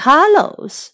Carlos